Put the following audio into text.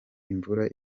imvura